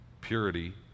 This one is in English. purity